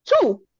Two